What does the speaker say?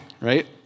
right